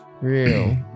real